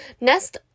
Nest